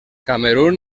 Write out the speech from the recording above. camerun